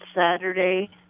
Saturday